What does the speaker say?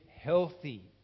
healthy